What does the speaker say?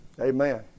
Amen